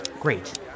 Great